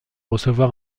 recevoir